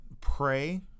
Pray